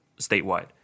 statewide